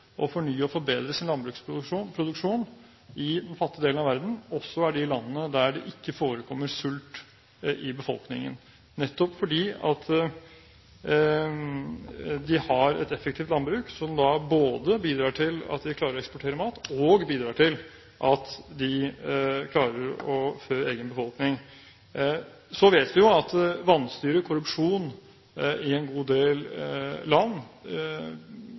å fornye og forbedre sin produksjon av landbruksprodukter, også er de landene der det ikke forekommer sult i befolkningen, nettopp fordi de har et effektivt landbruk, som bidrar både til at de klarer å eksportere mat, og til at de klarer å fø egen befolkning. Vi vet at vanstyre og korrupsjon i en god del land